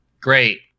Great